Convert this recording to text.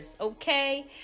Okay